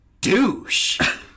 douche